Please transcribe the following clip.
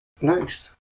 Nice